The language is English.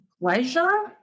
pleasure